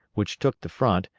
which took the front,